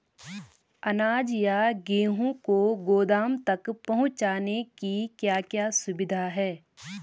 अनाज या गेहूँ को गोदाम तक पहुंचाने की क्या क्या सुविधा है?